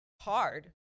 Hard